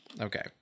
Okay